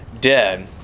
dead